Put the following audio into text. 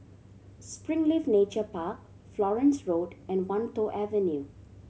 Springleaf Nature Park Florence Road and Wan Tho Avenue